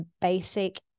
basic